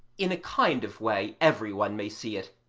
in a kind of way every one may see it,